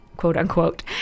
quote-unquote